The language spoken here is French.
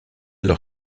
leur